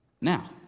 Now